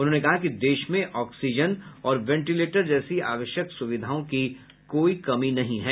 उन्होंने कहा कि देश में ऑक्सीजन और वेंटिलेटर जैसी आवश्यक सुविधाओं की कोई कमी नहीं है